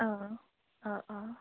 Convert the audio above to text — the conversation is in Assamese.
অঁ অঁ অঁ অঁ